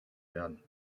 werden